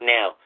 Now